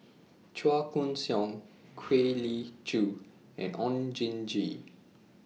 Chua Koon Siong Kwek Leng Joo and Oon Jin Gee